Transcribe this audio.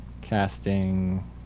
casting